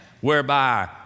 whereby